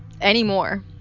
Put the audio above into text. anymore